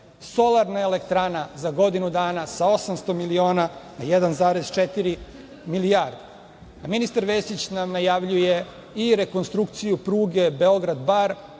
solarna elektrana za godinu dana sa 800 miliona na 1,4 milijarde. Ministar Vesić nam najavljuje i rekonstrukciju pruge Beograd – Bar